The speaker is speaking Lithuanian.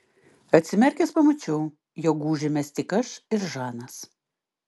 atsimerkęs pamačiau jog gūžėmės tik aš ir žanas